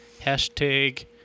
hashtag